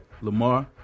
Lamar